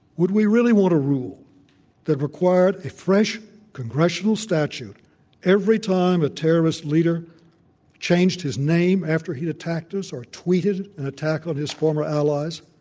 would we really want a rule that required a fresh c ongressional statute every time a terrorist leader changed his name after he'd attacked us or t weeted an attack on his former allies?